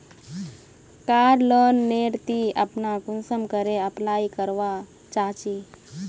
कार loan नेर ती अपना कुंसम करे अप्लाई करवा चाँ चची?